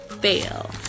fail